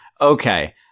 okay